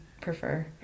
prefer